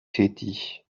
tätig